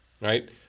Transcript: right